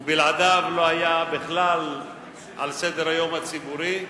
ובלעדיו זה לא היה בכלל על סדר-היום הציבורי,